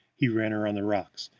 he ran her on the rocks.